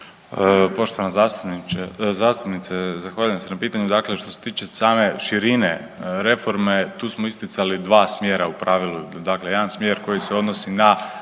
Poštovana zastupnice, zahvaljujem se na pitanju. Dakle što se tiče same širine reforme, tu smo isticali 2 smjera u pravilu, dakle jedan smjer koji se odnosi na